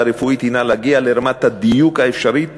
הרפואית הנה להגיע לרמת הדיוק האפשרית